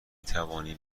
توانیم